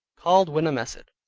called wenimesset,